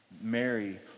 Mary